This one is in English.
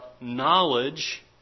knowledge